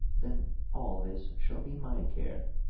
then all this shall be my care,